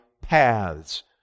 paths